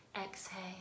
exhale